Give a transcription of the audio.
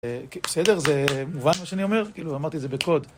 בסדר? זה מובן מה שאני אומר? כאילו, אמרתי את זה בקוד.